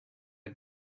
had